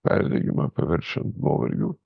perdegimą paverčiant nuovargiu